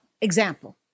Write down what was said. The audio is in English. example